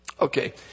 Okay